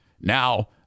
Now